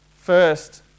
First